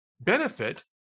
benefit